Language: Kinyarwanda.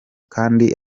kandi